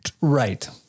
Right